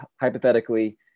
hypothetically